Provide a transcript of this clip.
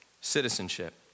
citizenship